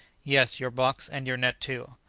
yes, your box and your net too!